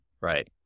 right